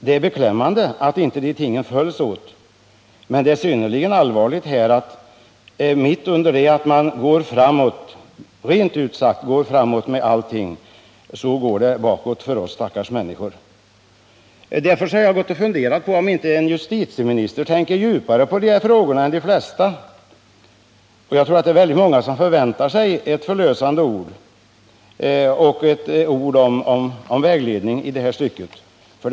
Det är beklämmande att inte dessa ting följs åt, och det är synnerligen allvarligt att samtidigt som utvecklingen på alla områden går framåt så går det bakåt för oss stackars människor. Jag har också funderat över om inte en justitieminister tänker djupare än de flesta på de här frågorna. Jag tror att väldigt många förväntar sig ett förlösande ord och ett ord av vägledning i de här sammanhangen av justitieministern.